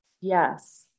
Yes